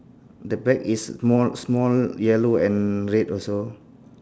the back is small small yellow and red also